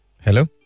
Hello